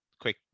quick